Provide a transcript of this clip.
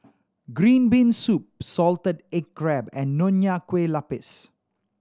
green bean soup salted egg crab and Nonya Kueh Lapis